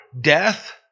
death